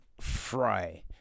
Fry